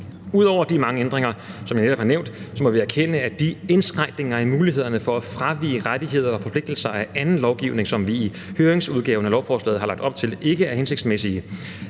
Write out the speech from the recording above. netop har nævnt, må vi erkende, at de indskrænkninger af mulighederne for at fravige rettigheder og forpligtelser i anden lovgivning, som vi i høringsudgaven af lovforslaget har lagt op til, ikke er hensigtsmæssige.